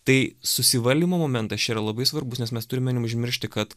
tai susivaldymo momentas čia yra labai svarbus nes mes turime neužmiršti kad